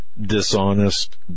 dishonest